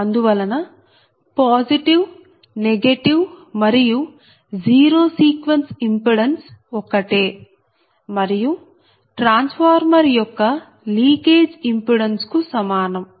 అందువలన positive negative మరియు zero sequence impedance ఒకటే మరియు ట్రాన్స్ఫార్మర్ యొక్క లీకేజ్ ఇంపిడెన్స్ కు సమానం